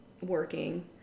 working